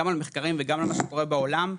גם על מחקרים וגם על מה שקורה בעולם,